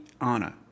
Anna